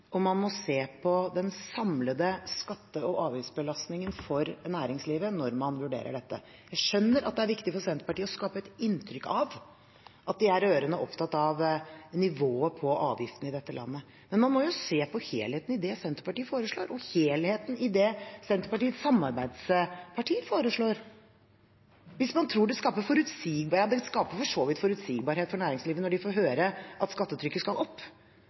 og man må se på den samlede skatte- og avgiftsbelastningen for næringslivet når man vurderer dette. Jeg skjønner at det er viktig for Senterpartiet å skape et inntrykk av at de er rørende opptatt av nivået på avgiftene i dette landet. Men man må se på helheten i det Senterpartiet foreslår, og helheten i det Senterpartiets samarbeidspartier foreslår. Det skaper for så vidt forutsigbarhet for næringslivet når de får høre at skattetrykket skal opp.